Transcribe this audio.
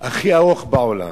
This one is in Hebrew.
הכי ארוך בעולם,